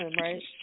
right